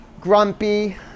grumpy